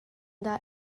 dah